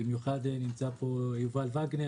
במיוחד עם יובל וגנר,